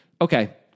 Okay